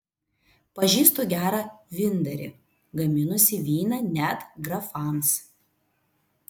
pažįstu gerą vyndarį gaminusi vyną net grafams